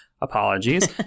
Apologies